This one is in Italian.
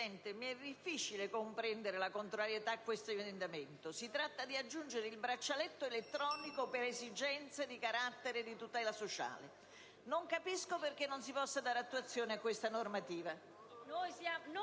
Presidente, mi è difficile comprendere la contrarietà a questo emendamento. Si tratta di aggiungere il braccialetto elettronico per esigenze di tutela sociale: non capisco dunque perché non si possa dare attuazione a questa norma.